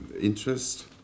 interest